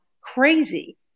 crazy